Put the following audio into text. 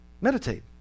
Meditate